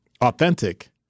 authentic